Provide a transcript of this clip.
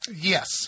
Yes